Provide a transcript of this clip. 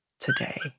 today